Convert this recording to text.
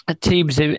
teams